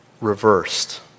reversed